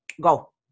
go